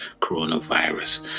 coronavirus